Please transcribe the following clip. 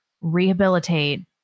rehabilitate